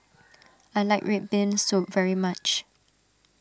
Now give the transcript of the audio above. I like Red Bean Soup very much